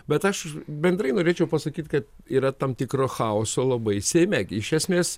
bet aš bendrai norėčiau pasakyt kad yra tam tikro chaoso labai seime gi iš esmės